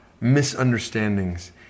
misunderstandings